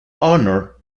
honor